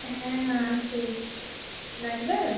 হ্যাঁ হ্যাঁ আছে লাগবে